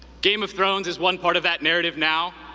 game of thrones is one part of that narrative now,